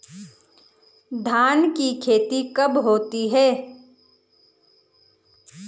धान की खेती कब होती है?